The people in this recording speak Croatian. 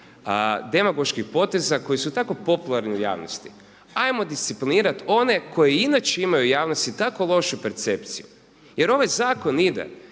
demagoških poteza koji su tako popularni u javnosti. Ajmo disciplinirati one koji i inače imaju u javnosti tako lošu percepciju. Jer ovaj zakon ide